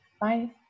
Bye